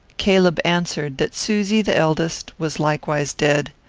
caleb answered that susy, the eldest, was likewise dead.